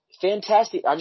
Fantastic